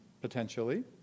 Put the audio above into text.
potentially